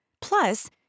Plus